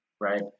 right